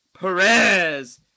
Perez